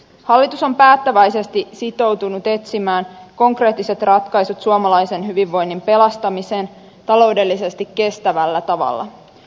hallitus on päättäväisesti sitoutunut etsimään konkreettiset ratkaisut suomalaisen hyvinvoinnin pelastamiseksi taloudellisesti kestävällä tavalla